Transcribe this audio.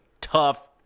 tough